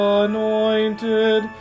anointed